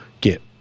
get